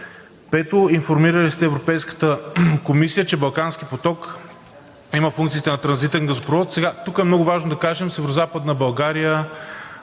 Пето, информирали ли сте Европейската комисия, че Балкански поток (Турски поток) има функциите само на транзитен газопровод? Сега тук е много важно да кажем, за Северозападна България